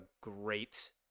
great